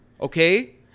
Okay